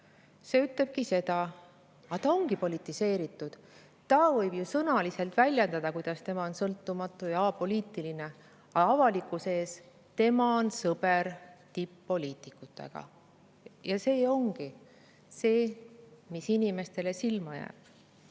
See ütlebki seda, et ta on politiseeritud. Ta võib ju sõnades väljendada, kuidas tema on sõltumatu ja apoliitiline, aga avalikkuse ees on ta sõber tipp-poliitikutega. Ja see ongi see, mis inimestele silma jääb.